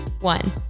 one